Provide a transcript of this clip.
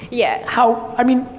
yeah. how, i mean,